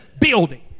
building